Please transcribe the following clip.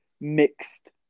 mixed